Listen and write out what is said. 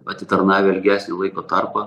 atitarnavę ilgesnį laiko tarpą